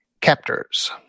captors